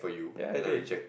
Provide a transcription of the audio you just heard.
ya I did